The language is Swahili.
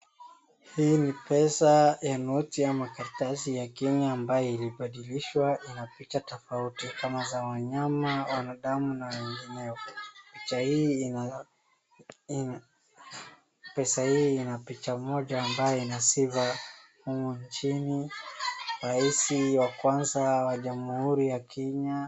Hii ni pesa ya noti ya makaratasi ya Kenya ambayo ilibadilishwa, ina picha tofauti kama za wanyama wanadamu na mimea. Pesa hii ina picha moja ambayo ina sifa humu nchini, raisa wa kwanza wa jamhuri ya Kenya.